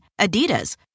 Adidas